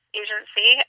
agency